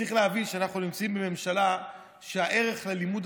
צריך להבין שאנחנו נמצאים בממשלה שהערך ללימוד